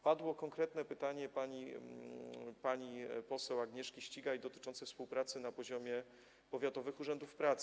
Padło konkretne pytanie pani poseł Agnieszki Ścigaj dotyczące współpracy na poziomie powiatowych urzędów pracy.